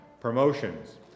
promotions